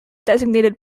designated